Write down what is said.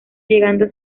llegando